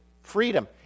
freedom